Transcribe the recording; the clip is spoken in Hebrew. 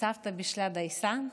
"סבתא בישלה דייסה"?